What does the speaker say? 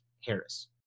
Harris